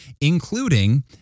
including